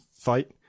fight